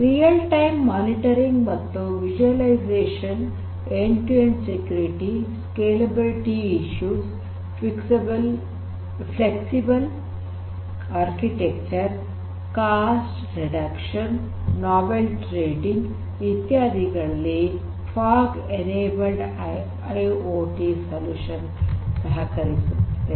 real time monitoring ಮತ್ತು visualisation end to end security scalability issues flexible architecture cost reduction novel trading ಇತ್ಯಾದಿಗಳಲ್ಲಿ fog enabled IIoT solution ಸಹಕರಿಸುತ್ತದೆ